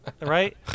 right